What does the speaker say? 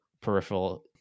peripheral